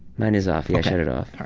mine is off. yeah i shut it off. ah